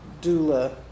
doula